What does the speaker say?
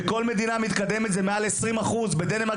בכל מדינה מתקדמת זה מעל 20%. בדנמרק